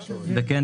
וכן,